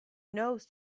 nose